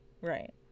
right